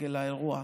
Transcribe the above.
לרגל האירוע.